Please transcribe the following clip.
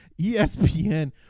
espn